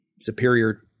superior